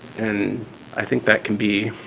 and i think that could be